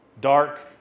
Dark